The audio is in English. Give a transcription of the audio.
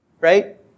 Right